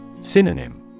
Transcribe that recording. Synonym